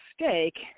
mistake